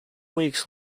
weeks